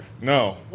No